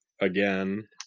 again